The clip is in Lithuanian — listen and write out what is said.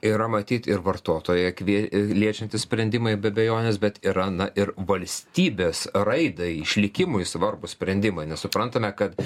yra matyt ir vartotoją kvie liečiantys sprendimai be abejonės bet yra na ir valstybės raidai išlikimui svarbūs sprendimai nesuprantame kad